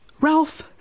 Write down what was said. Ralph